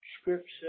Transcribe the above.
scripture